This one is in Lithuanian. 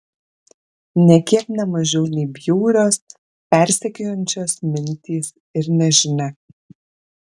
nė kiek ne mažiau nei bjaurios persekiojančios mintys ir nežinia